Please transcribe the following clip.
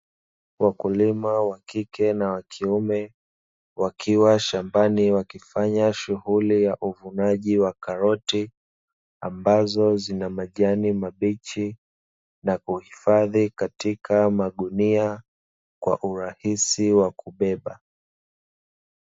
Wakulima wa kike na wa kiume, wakiwa shambani wakifanya shughuli ya uvunaji wa karoti, ambazo zina majani mabichi na kuhifadhi katika magunia, kwa urahisi wa kubeba.